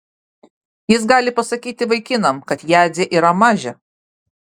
jis gali pasakyti vaikinam kad jadzė yra mažė